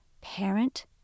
parent